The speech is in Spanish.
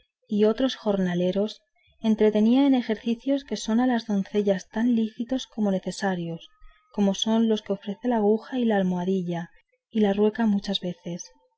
y a otros jornaleros los entretenía en ejercicios que son a las doncellas tan lícitos como necesarios como son los que ofrece la aguja y la almohadilla y la rueca muchas veces